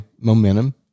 momentum